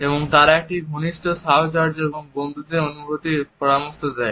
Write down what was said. এবং তারা একটি ঘনিষ্ঠ সাহচর্য এবং বন্ধুত্বের অনুভূতির পরামর্শ দেয়